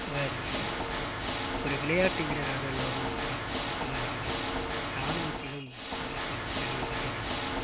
அவர் ஒரு விளையாட்டு வீரராக இல்லாமல் மட்டும் மல்லாமல் ராணுவத்திலும் அவருக்கு தனி மரியாதை உண்டு